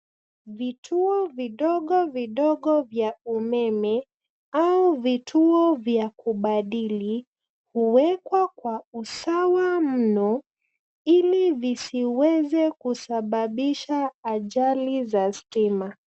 Vituo vidogo vidogo vya umeme au vituo vya kubadili uwekwa kwa usawa mno ili visiweze kusabisha ajali za stima.